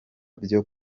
byo